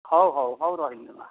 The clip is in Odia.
ହଉ ହଉ ହଉ ରହିଲି ଲୋ ମା'